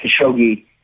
Khashoggi